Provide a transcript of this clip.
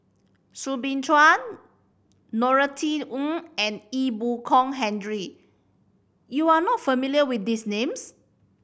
Soo Bin Chua Norothy Ng and Ee Boon Kong Henry you are not familiar with these names